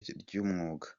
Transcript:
ry’umwuga